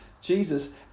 Jesus